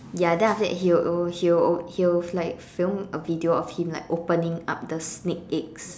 ya then after that he will al~ he will al~ he always like film a video of him like opening up the snake eggs